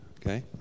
Okay